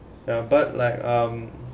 ya but like um